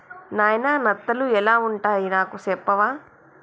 నాయిన నత్తలు ఎలా వుంటాయి నాకు సెప్పవా